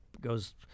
goes